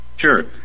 Sure